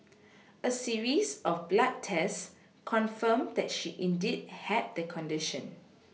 a series of blood tests confirmed that she indeed had the condition